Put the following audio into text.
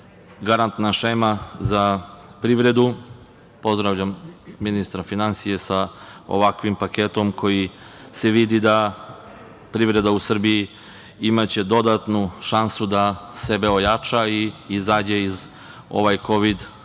garantnu šemu za privredu. Pozdravljam ministra finansija sa ovakvim paketom, gde se vidi da će privreda u Srbiji imati dodatnu šansu da sebe ojača i izađe još jača